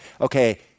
okay